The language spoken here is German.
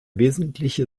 wesentliche